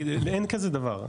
אין כזה דבר,